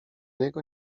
niego